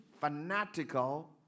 fanatical